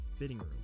FITTINGROOM